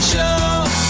Show